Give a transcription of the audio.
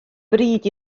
bryd